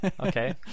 Okay